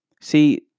See